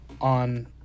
on